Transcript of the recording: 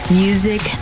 music